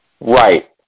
Right